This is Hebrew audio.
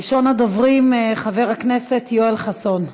ראשון הדוברים, חבר הכנסת יואל חסון.